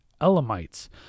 Elamites